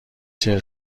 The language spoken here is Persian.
چهل